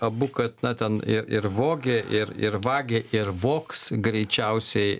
abu kad na ten ir ir vogė ir ir vagia ir vogs greičiausiai